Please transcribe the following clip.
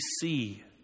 see